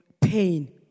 pain